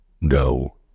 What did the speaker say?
No